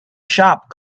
shop